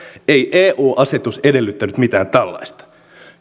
eu asetus edellyttänyt mitään tällaista